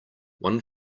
one